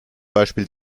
beispiel